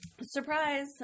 Surprise